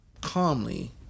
calmly